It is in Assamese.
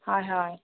হয় হয়